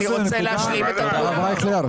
מה שהיה, הוא יהיה.